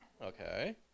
Okay